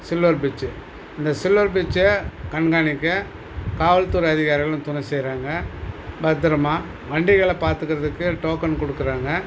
silver beach அந்த silver பீச்சை கண்காணிக்க காவல் துறை அதிகாரிகளும் துணை செய்யறாங்க பத்தரமாக வண்டிகளை பார்த்துக்கிறதுக்கு டோக்கன் கொடுக்குறாங்க